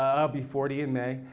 ah i'll be forty in may,